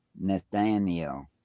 Nathaniel